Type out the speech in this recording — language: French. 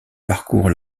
parcourent